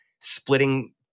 splitting